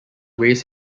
race